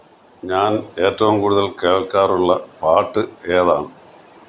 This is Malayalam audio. ഞാന് ഏറ്റവും കൂടുതല് കേള്ക്കാറുള്ള പാട്ട് ഏതാണ്